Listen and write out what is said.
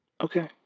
Okay